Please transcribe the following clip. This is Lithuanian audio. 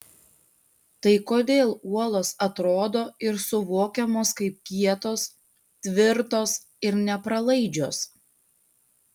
tai kodėl uolos atrodo ir suvokiamos kaip kietos tvirtos ir nepralaidžios